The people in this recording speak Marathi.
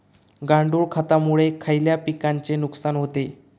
गांडूळ खतामुळे खयल्या पिकांचे नुकसान होते?